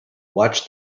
watch